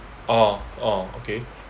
orh orh okay